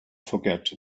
forget